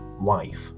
wife